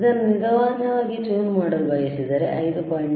ಅದನ್ನು ನಿಧಾನವಾಗಿ ಟ್ಯೂನ್ ಮಾಡಲು ಬಯಸಿದರೆ 5